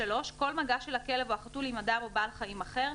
(3)כל מגע של הכלב או החתול עם אדם או בעל חיים אחר,